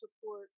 support